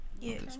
Yes